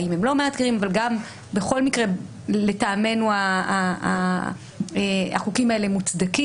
האם הם לא מאתגרים אבל בכל מקרה לטעמנו החוקים האלה מוצדקים